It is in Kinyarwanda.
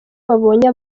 babonye